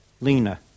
Lena